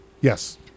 Yes